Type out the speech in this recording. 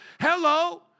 Hello